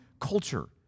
culture